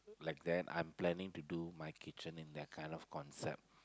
like that I'm planning to do my kitchen in that kind of concept